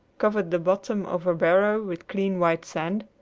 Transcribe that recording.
covered the bottom of her barrow with clean white sand,